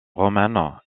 romaine